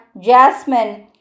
jasmine